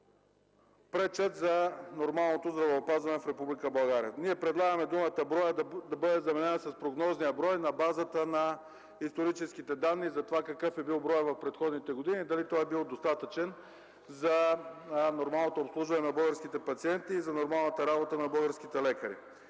пречат за нормалното здравеопазване в Република България. Ние предлагаме думата „броят” да бъде заменена с „прогнозният брой” на базата на историческите данни за това какъв е бил броят в предходните години, дали той е бил достатъчен за нормалното обслужване на българските пациенти и за нормалната работа на българските лекари.